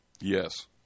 yes